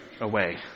away